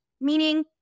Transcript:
meaning